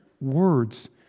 words